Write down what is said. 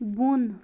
بۄن